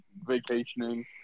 vacationing